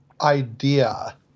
idea